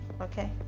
Okay